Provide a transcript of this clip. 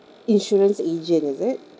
insurance agent is it